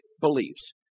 beliefs